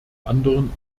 anderen